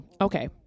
Okay